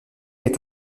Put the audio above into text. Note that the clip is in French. est